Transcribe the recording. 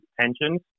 pensions